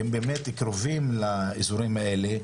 והם באמת קרובים לאזורים האלה,